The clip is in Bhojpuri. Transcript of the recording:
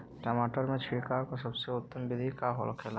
टमाटर में छिड़काव का सबसे उत्तम बिदी का होखेला?